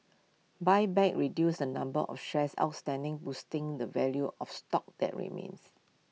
buybacks reduce the number of shares outstanding boosting the value of stock that remains